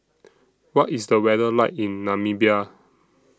What IS The weather like in Namibia